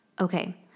Okay